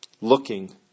looking